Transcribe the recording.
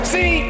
See